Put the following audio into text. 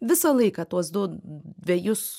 visą laiką tuos du dvejus